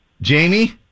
Jamie